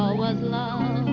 was love